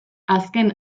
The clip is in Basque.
azken